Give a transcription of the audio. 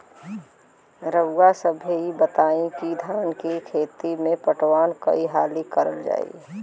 रउवा सभे इ बताईं की धान के खेती में पटवान कई हाली करल जाई?